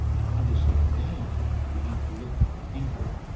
to understand that we have to look deeper.